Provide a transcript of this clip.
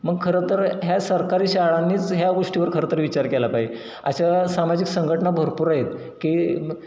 मग खरं तर ह्या सरकारी शाळांनीच ह्या गोष्टीवर खरंतर विचार केला पाहिजे अशा सामाजिक संघटना भरपूर आहेत की